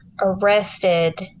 arrested